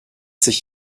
sich